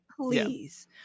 Please